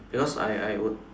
because I I would